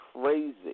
crazy